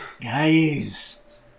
Guys